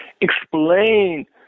explain